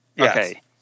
Okay